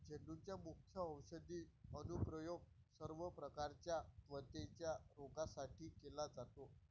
झेंडूचे मुख्य औषधी अनुप्रयोग सर्व प्रकारच्या त्वचेच्या रोगांसाठी केला जातो